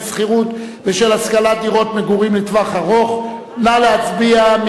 שכירות בשל השכרת דירות מגורים לטווח ארוך) נא להצביע.